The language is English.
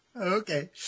Okay